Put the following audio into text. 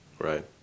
Right